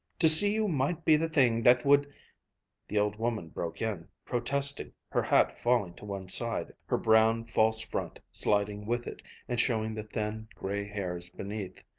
to see you might be the thing that would the old woman broke in, protesting, her hat falling to one side, her brown false front sliding with it and showing the thin, gray hairs beneath.